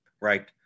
right